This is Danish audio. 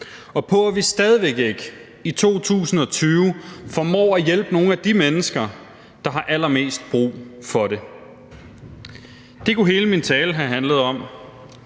på, at vi stadig væk ikke i 2020 formår at hjælpe nogle af de mennesker, der har allermest brug for det. Det kunne hele min tale have handlet om,